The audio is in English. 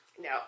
No